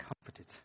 comforted